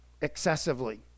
excessively